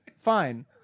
Fine